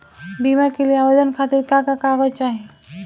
बीमा के लिए आवेदन खातिर का का कागज चाहि?